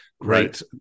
Great